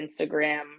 Instagram